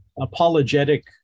apologetic